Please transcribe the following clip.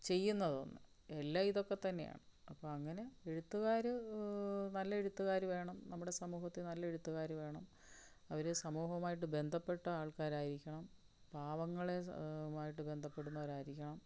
ചെയ്യുന്നത് ഒന്ന് എല്ലാം ഇതൊക്കെ തന്നെയാണ് അപ്പം അങ്ങനെ എഴുത്തുകാർ നല്ല എഴുത്തുകാർ വേണം നമ്മുടെ സമൂഹത്തിൽ നല്ല എഴുത്തുകാർ വേണം അവരെ സമൂഹവുമായിട്ട് ബന്ധപ്പെട്ട ആൾക്കാരായിരിക്കണം പാവങ്ങളെ മായിട്ട് ബന്ധപ്പെടുന്നവരായിരിക്കണം